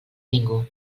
ningú